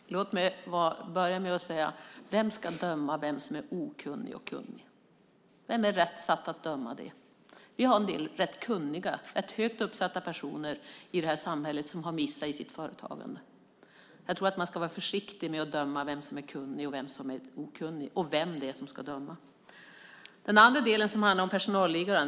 Fru talman! Låt mig börja med att fråga: Vem ska döma vem som är okunnig och vem som är kunnig? Vem är satt att rätt bedöma det? Vi har en del ganska högt uppsatta personer i det här samhället som har gjort misstag i sitt företagande. Jag tror att man ska vara försiktig med att döma vem som är kunnig och vem som är okunnig och vem det är som ska döma. Den andra delen handlar om personalliggare.